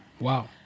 Wow